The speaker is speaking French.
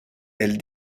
elle